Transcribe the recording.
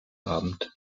abend